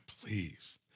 please